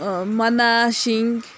ꯃꯅꯥꯁꯤꯡ